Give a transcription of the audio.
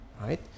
right